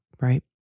right